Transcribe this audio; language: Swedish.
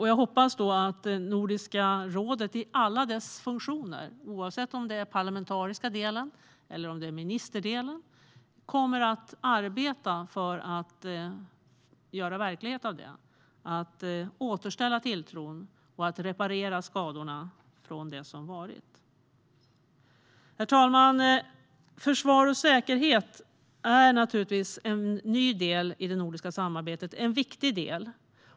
Jag hoppas att Nordiska rådet i alla dess funktioner, oavsett om det är den parlamentariska delen eller ministerdelen, kommer att arbeta för att göra verklighet av ett återställande av tilltron och att reparera skadorna efter det som varit. Herr talman! Försvar och säkerhet är naturligtvis en ny del i det nordiska samarbetet, och det är en viktig del.